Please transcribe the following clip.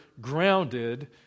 grounded